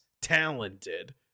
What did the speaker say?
talented